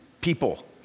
people